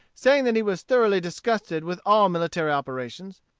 saying that he was thoroughly disgusted with all military operations,